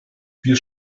wir